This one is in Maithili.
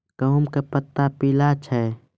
गेहूँ के पत्ता पीला छै?